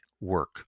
work